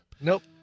nope